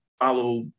follow